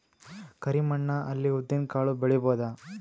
ಕರಿ ಮಣ್ಣ ಅಲ್ಲಿ ಉದ್ದಿನ್ ಕಾಳು ಬೆಳಿಬೋದ?